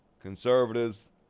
Conservatives